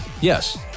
yes